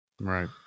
right